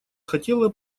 хотела